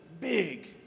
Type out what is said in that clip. big